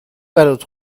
برات